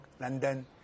London